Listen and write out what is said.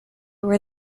were